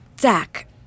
Zach